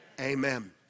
Amen